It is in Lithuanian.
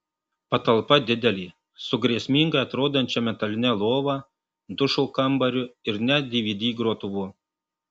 patalpa didelė su grėsmingai atrodančia metaline lova dušo kambariu ir net dvd grotuvu